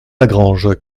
lagrange